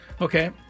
Okay